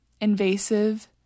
invasive